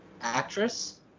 Actress